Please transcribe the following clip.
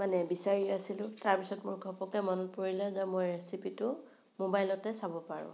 মানে বিচাৰি আছিলোঁ তাৰপিছত মোৰ ঘপককৈ মনত পৰিলে যে মই ৰেচিপিটো মোবাইলতে চাব পাৰোঁ